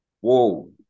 Whoa